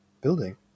building